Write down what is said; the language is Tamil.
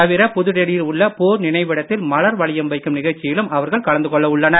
தவிர புதுடெல்லியில் உள்ள போர் நினைவிடத்தில் மலர் வளையம் வைக்கும் நிகழ்ச்சியிலும் அவர்கள் கலந்துகொள்ள உள்ளனர்